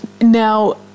Now